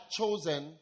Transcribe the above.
chosen